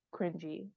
cringy